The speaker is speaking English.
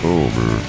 over